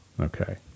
Okay